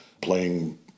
playing